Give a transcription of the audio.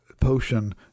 potion